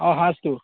অঁ সাজটো